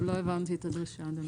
לא הבנתי את הדרישה אדוני.